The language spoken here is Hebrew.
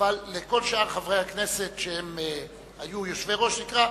אבל לכל שאר חברי הכנסת שהיו יושבי-ראש תקרא,